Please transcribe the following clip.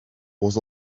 was